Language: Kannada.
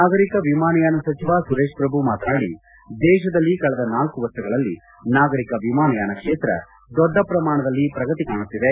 ನಾಗರಿಕ ವಿಮಾನಯಾನ ಸಚಿವ ಸುರೇತ್ ಪ್ರಭು ಮಾತನಾಡಿ ದೇಶದಲ್ಲಿ ಕಳೆದ ನಾಲ್ಲು ವರ್ಷಗಳಲ್ಲಿ ನಾಗರಿಕ ವಿಮಾನಯಾನ ಕ್ಷೇತ್ರ ದೊಡ್ಡ ಪ್ರಮಾಣದಲ್ಲಿ ಪ್ರಗತಿ ಕಾಣುತ್ತಿದೆ